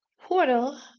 portal